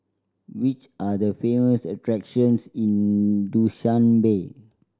which are the famous attractions in Dushanbe